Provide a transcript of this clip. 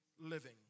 living